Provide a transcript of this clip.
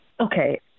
Okay